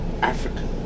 Africa